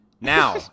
Now